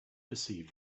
perceived